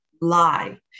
lie